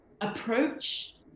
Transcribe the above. approach